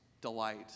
delight